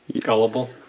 Gullible